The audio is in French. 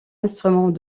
instrument